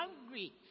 hungry